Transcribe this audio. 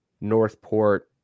Northport